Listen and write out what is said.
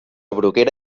bruguera